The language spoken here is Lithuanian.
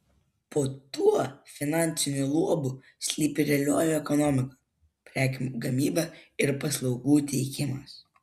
po tuo finansiniu luobu slypi realioji ekonomika prekių gamyba ir paslaugų teikimas